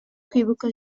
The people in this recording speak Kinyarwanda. kwibuka